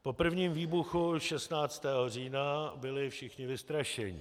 Po prvním výbuchu 16. října byli všichni vystrašení.